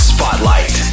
Spotlight